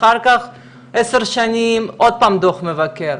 אחר כך עשר שנים עוד פעם דוח מבקר,